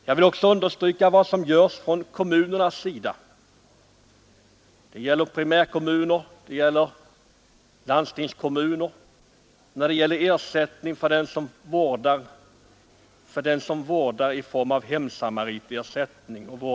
Jag vill också understryka vad som görs från kommunernas sida — det gäller primärkommuner och det gäller landstingskommuner — i fråga om ersättning till den som vårdar i form av hemsamaritersättning.